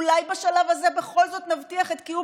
ואולי בשלב הזה בכל זאת נבטיח את קיום